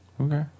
Okay